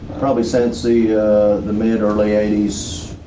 probably since the the mid early eighty s.